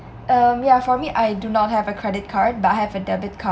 um ya for me I do not have a credit card but I have a debit card